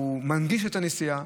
הוא מנגיש את הנסיעה.